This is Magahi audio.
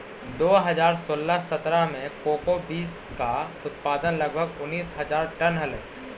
दो हज़ार सोलह सत्रह में कोको बींस का उत्पादन लगभग उनीस हज़ार टन हलइ